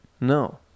No